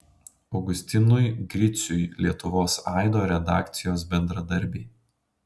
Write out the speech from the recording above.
augustinui griciui lietuvos aido redakcijos bendradarbiai